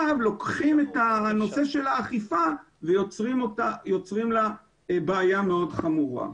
לוקחים את הנושא של האכיפה ויוצרים לה בעיה מאוד חמורה.